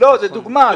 זאת דוגמה.